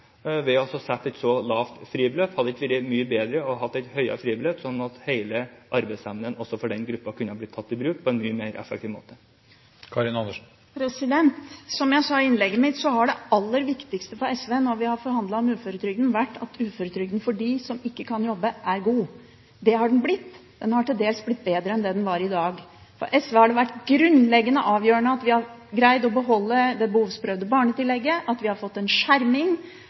ved å sette et lavt fribeløp? Hadde det ikke vært mye bedre å ha et høyere fribeløp, sånn at hele arbeidsevnen for den gruppen kunne blitt tatt i bruk på en mye mer effektiv måte? Som jeg sa i innlegget mitt, har det aller viktigste for SV når vi har forhandlet om uføretrygden, vært at uføretrygden for dem som ikke kan jobbe, er god. Det har den blitt. Den har til dels blitt bedre enn den er i dag. For SV har det vært grunnleggende avgjørende at vi har greid å beholde det behovsprøvde barnetillegget, at vi har fått en delvis skjerming